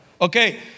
Okay